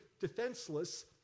defenseless